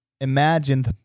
imagine